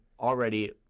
already